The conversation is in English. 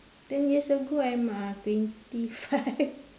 ten years ago I'm uh twenty five